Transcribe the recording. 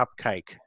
cupcake